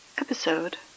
Episode